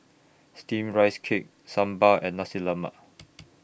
Steamed Rice Cake Sambal and Nasi Lemak